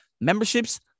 memberships